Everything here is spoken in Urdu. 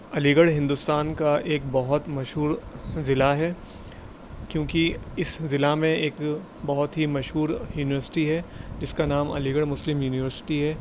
علی گڑھ ہندوستان کا ایک بہت مشہور ضلع ہے کیونکہ اس ضلع میں ایک بہت ہی مشہور یونیورسٹی ہے جس کا نام علی گڑھ مسلم یونیورسٹی ہے